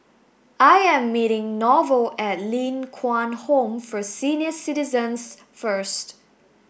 I am meeting Norval at Ling Kwang Home for Senior Citizens first